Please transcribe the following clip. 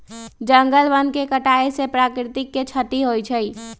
जंगल वन के कटाइ से प्राकृतिक के छति होइ छइ